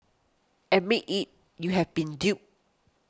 admit it you have been duped